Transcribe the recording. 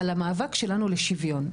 על המאבק שלנו לשוויון,